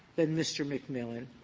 than mr. mcmillan,